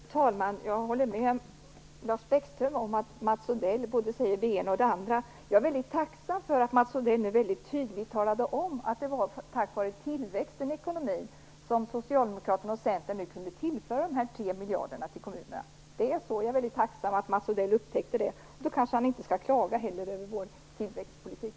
Fru talman! Jag håller med Lars Bäckström om att Mats Odell säger både det ena och det andra. Jag är tacksam för att Mats Odell nu väldigt tydligt talade om att det var tack vare tillväxten i ekonomin som Socialdemokraterna och Centern kunde tillföra de 3 miljarderna till kommunerna. Det är bra att Mats Odell har upptäckt det. Då skall han kanske inte heller klaga över vår tillväxtpolitik.